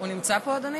הוא נמצא פה, אדוני?